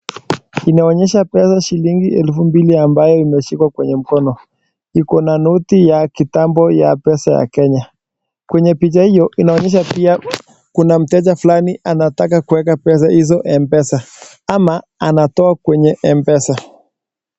Inaonyesha pesa shilingi elfu mbili ambayo imeshikwa kwenye mkono. Iko na noti ya kitambo pesa ya Kenya. Kwenye picha hiyo inaonyesha pia kuna mteja flani anataka kuweka pesa hizo Mpesa ama anatoa kwenye Mpesa.